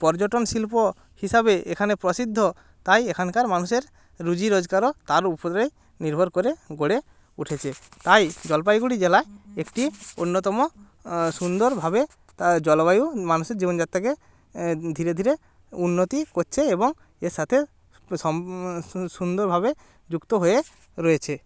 পর্যটন শিল্প হিসাবে এখানে প্রসিদ্ধ তাই এখানকার মানুষের রুজি রোজগারও তার উপরেই নির্ভর করে গড়ে উঠেছে তাই জলপাইগুড়ি জেলা একটি অন্যতম সুন্দরভাবে জলবায়ু মানুষের জীবনযাত্রাকে ধীরে ধীরে উন্নতি করছে এবং এর সাথে সুন্দরভাবে যুক্ত হয়ে রয়েছে